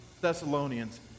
Thessalonians